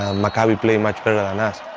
um maccabi played much better than us.